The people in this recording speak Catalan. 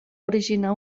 originar